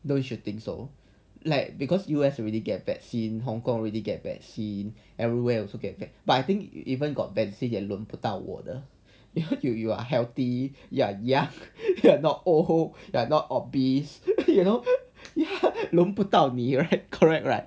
don't you think so like because U_S already get vaccine hong-kong already get vaccine everywhere also get vac~ but I think you even got vaccine also 轮不到我的 because you you are healthy you are young not old you are not obese you know 轮不到你 right correct right